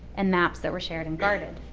and maps that were shared and guarded.